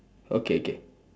okay K